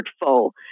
hurtful